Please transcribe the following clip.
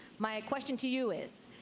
my question to you is,